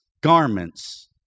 garments